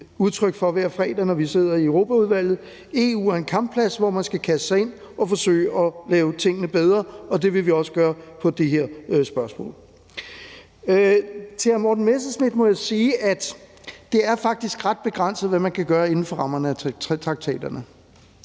udtryk for hver fredag, når vi sidder i Europaudvalget, at EU er en kampplads, hvor man skal kaste sig ind og forsøge at lave tingene bedre, og det vil vi også gøre på det her spørgsmål. Til hr. Morten Messerschmidt må jeg sige, at det faktisk er ret begrænset, hvad man kan gøre inden for rammerne af traktaterne.